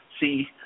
See